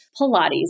Pilates